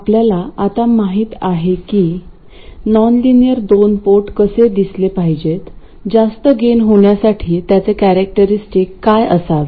आपल्याला आता माहित आहे की नॉनलिनियर दोन पोर्ट कसे दिसले पाहिजेत जास्त गेन होण्यासाठी त्याचे कॅरेक्टरस्टिक काय असावे